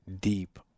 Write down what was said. deep